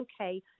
okay